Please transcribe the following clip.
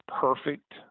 perfect